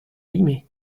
limay